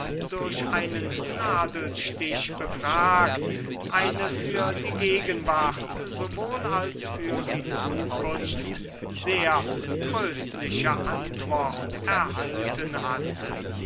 durch einen nadelstich befragt eine für die gegenwart sowohl als für die zukunft sehr tröstliche antwort erhalten hatte